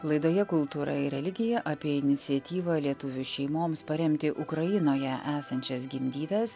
laidoje kultūra ir religija apie iniciatyvą lietuvių šeimoms paremti ukrainoje esančias gimdyves